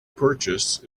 purchase